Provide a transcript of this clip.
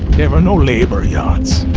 there were no labor yards.